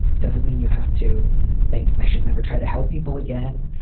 doesn't mean you have to think i should never try to help people again.